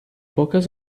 poucas